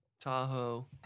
Tahoe